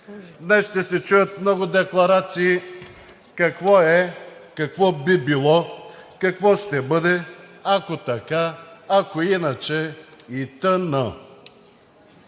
Днес ще се чуят много декларации какво е, какво би било, какво ще бъде, ако така, ако иначе, и така